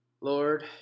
Lord